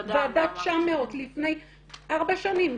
ועדת 900 לפני ארבע שנים,